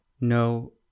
No